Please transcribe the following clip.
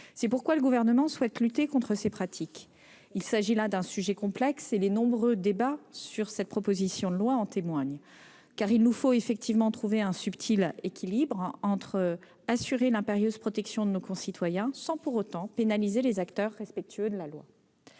C'est pourquoi le Gouvernement souhaite lutter contre ces pratiques. Il s'agit là d'un sujet complexe, dont témoignent les nombreux débats sur cette proposition de loi. Il nous faut en effet trouver un subtil équilibre permettant d'assurer l'impérieuse protection de nos concitoyens sans pour autant pénaliser les acteurs respectueux de la loi.